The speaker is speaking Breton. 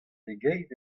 pegeit